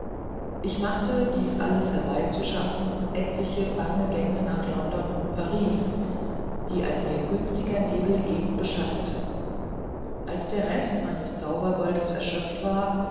ich machte dieses alles herbei zu schaffen etliche bange gänge nach london und paris die ein mir günstiger nebel eben beschattete als der rest meines zaubergoldes erschöpft war